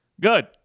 Good